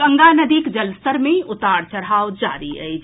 गंगा नदीक जलस्तर मे उतार चढ़ाव जारी अछि